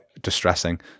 distressing